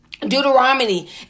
Deuteronomy